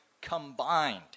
combined